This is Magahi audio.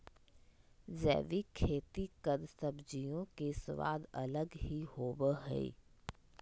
जैविक खेती कद सब्जियों के स्वाद अलग ही होबो हइ